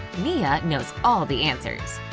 mia knows all the answers.